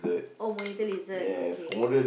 oh monitor lizard okay